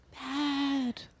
bad